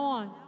on